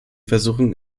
versuchen